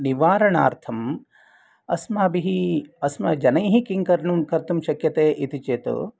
निवारणार्थम् अस्माभिः अस्मत्जनैः किं कर्तुं शक्यते इति चेत्